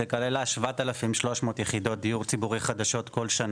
שכללה 7,300 יחידות דיור ציבורי חדשות כל שנה,